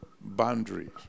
Boundaries